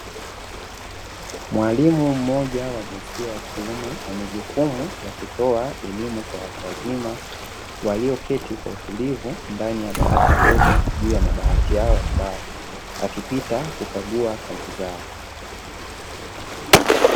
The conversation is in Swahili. Mwalimu mmoja wa jinsia ya kiume, mwenye jukumu ya kutoa elimu kwa watu wazima, walioketi kwa utulivu ndani ya darasa dogo juu ya madawati yao ya mbao, akipita kukagua kazi zao.